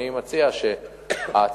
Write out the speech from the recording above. אני מציע שההצעה,